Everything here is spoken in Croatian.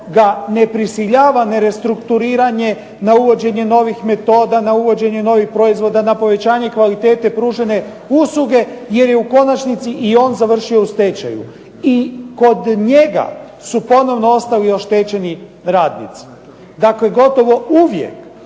ga ne prisiljava nerestrukturiranja na uvođenje novih metoda, na uvođenje novih proizvoda, na povećanje kvalitete, pružanje usluge jer je u konačnici i on završio u stečaju. I kod njega su ponovno ostali oštećeni radnici. Dakle gotovo uvijek